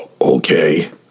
okay